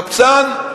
קבצן,